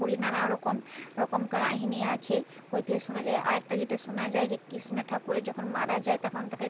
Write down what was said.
পুরীর নানা রকম রকম কাহিনি আছে ঐতিহাস শোনা যায় আর একটা যেটা শোনা যায় যে কৃষ্ণ ঠাকুর যখন মারা যায় তখন তাকে